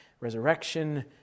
resurrection